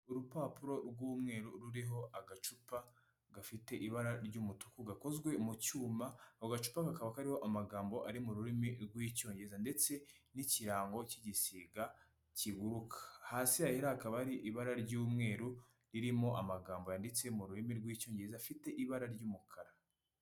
Urupapuro rw'umweru ruriho agacupa gafite ibara ry'umutuku gakozwe mu cyuma, ako gacupa kakaba kariho amagambo ari mu rurimi rw'icyongereza ndetse n'ikirango cy'igisiga kiguruka. Hasi hakaba hari ibara ry'umweru ririmo amagambo yanditse mu rurimi rw'icyongereza afite ibara ry'umukara.